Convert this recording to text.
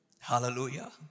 Hallelujah